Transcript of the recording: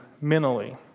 mentally